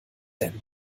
denn